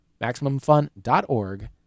MaximumFun.org